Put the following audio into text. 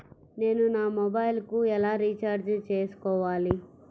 నేను నా మొబైల్కు ఎలా రీఛార్జ్ చేసుకోవాలి?